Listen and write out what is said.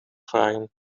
vragen